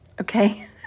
Okay